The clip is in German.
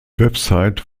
website